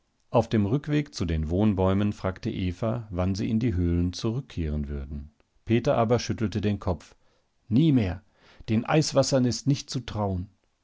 auf dem rückweg zu den wohnbäumen fragte eva wann sie in die höhlen zurückkehren würden peter aber schüttelte den kopf nie mehr den eiswassern ist nicht zu trauen